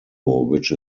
which